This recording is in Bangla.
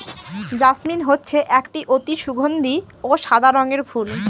জাসমিন হচ্ছে একটি অতি সগন্ধি ও সাদা রঙের ফুল